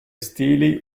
stili